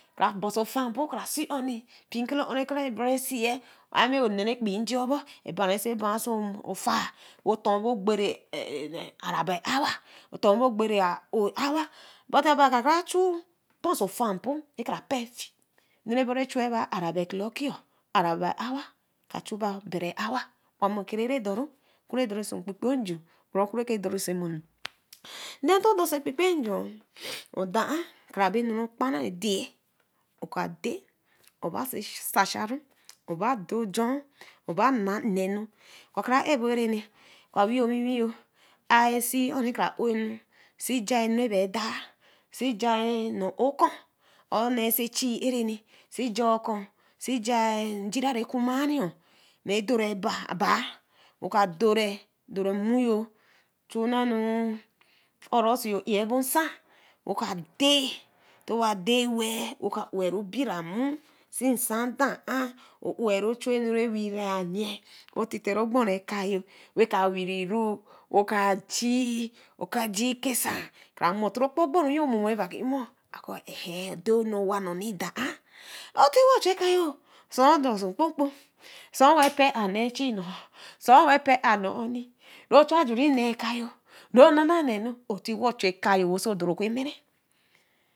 Kra bo oso afan mpo kra si oni pikele oh reke rebor ɛsi ame bre ɛkpii nji obor ba ɛsi ba oso ofaa wo otor bo gbere araba nour-ɛh otor bo ogbere a ‘O’ hour but aba kra chu so faampo we kra pee chi ɛnu reke bru chuaba araba clocki ka chuaba obere hour wa mo ɛkrer redor-ɛh oku redorsẽ nkpenkpe ju bra oku redorsi emoni then to dorsi kpekpe-ju odor a kravenu gbara ɛdae oka dae riba si seicha-ɛh roba dae ojoi roba naa nuu oka kra ɛbo ɛrã oka wii owiwi ah si oh rekka õw enu si ga enu reba daah si jaa nne o’ ojaa or nee oso ɛchi ɛchi ɛru si gaa okor si ja njira rekumai redore baa abah eo ka dire dore mouyor chu nana urosi ɛɛh bo nsa wo ka dae tiwa dae wel wo owel bira nmuu si nsa dor owl ɛhu enu ke werri nyii wo tite ri gborii ɛkayor we ka werri-ɛh wo ka jii oka jii okase kra mu thri ojpor aboru momo re na kr mo we kra kɔ̃ ɛyi odae wa nu dor-ɛh otiwa chu ɛka-oh suu odo so kpokpo asuu we pee ar nee chi nor sun we pee ar nee owi ro chu ajuri nee kayor ronanu otiwa chu ɛka-oh wo oso odo-ɛh oku merri